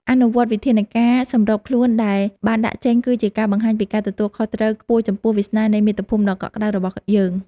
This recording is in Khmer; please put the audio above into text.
អនុវត្តវិធានការសម្របខ្លួនដែលបានដាក់ចេញគឺជាការបង្ហាញពីការទទួលខុសត្រូវខ្ពស់ចំពោះវាសនានៃមាតុភូមិដ៏កក់ក្ដៅរបស់យើង។